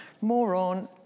Moron